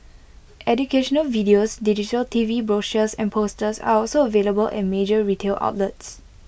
educational videos digital T V brochures and posters are also available at major retail outlets